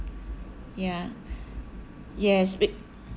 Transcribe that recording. ya yes with